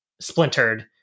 splintered